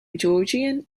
georgian